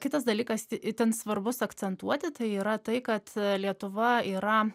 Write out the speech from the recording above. kitas dalykas itin svarbus akcentuoti tai yra tai kad lietuva yra